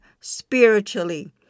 spiritually